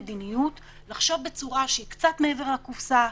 מדיניות לחשוב בצורה שהיא קצת מעבר לקופסה,